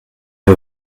ihr